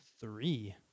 three